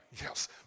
Yes